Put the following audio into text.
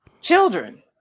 Children